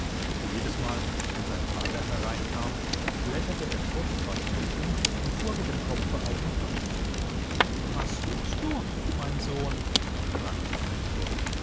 jedesmal wenn sein vater hereinkam blätterte er furchtbar schnell um und fuhr mit dem kopfe auf und ab was suchst du mein sohn fragte der rektor